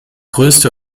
größte